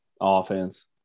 offense